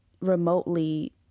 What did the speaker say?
remotely